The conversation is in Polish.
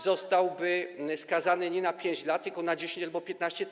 zostałby skazany nie na 5 lat, tylko na 10 albo 15 lat.